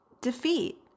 defeat